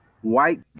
white